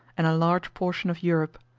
and a large portion of europe.